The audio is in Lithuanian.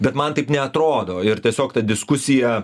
bet man taip neatrodo ir tiesiog ta diskusija